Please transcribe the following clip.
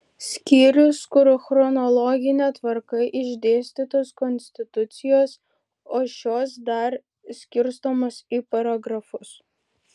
skyrius kur chronologine tvarka išdėstytos konstitucijos o šios dar skirstomos į paragrafus